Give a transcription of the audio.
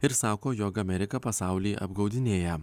ir sako jog amerika pasaulį apgaudinėja